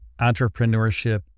entrepreneurship